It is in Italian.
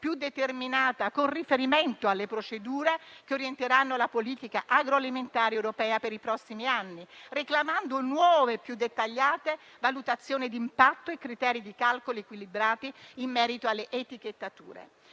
più determinata con riferimento alle procedure che orienteranno la politica agroalimentare europea per i prossimi anni, reclamando nuove e più dettagliate valutazioni di impatto e criteri di calcolo equilibrati in merito alle etichettature